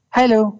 Hello